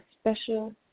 special